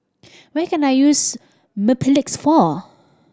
what can I use Mepilex for